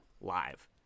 live